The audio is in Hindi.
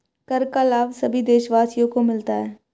कर का लाभ सभी देशवासियों को मिलता है